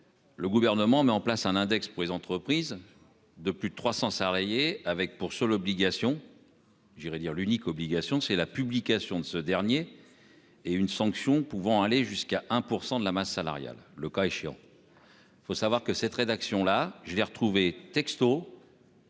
Le gouvernement met en place un index pour les entreprises de plus de 300 salariés, avec pour seule obligation. J'irai dire l'unique obligation c'est la publication de ce dernier. Et une sanction pouvant aller jusqu'à 1% de la masse salariale, le cas échéant. Il faut savoir que cette rédaction là je l'ai retrouvé texto.